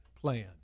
plan